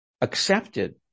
accepted